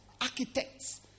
Architects